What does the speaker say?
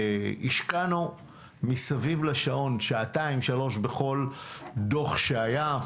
והשקענו מסביב לשעון שעתיים-שלוש בכל דוח שהיה.